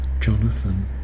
Jonathan